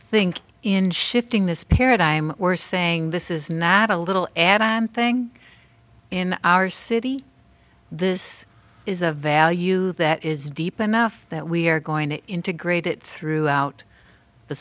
think in shifting this paradigm we're saying this is not a little add on thing in our city this is a value that is deep enough that we're going to integrate it throughout the